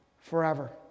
forever